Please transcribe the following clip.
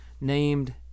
named